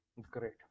Great